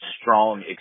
strong